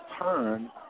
turn